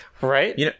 Right